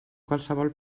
qualsevol